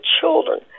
children